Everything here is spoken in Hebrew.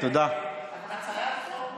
זו הצעת חוק מוצמדת?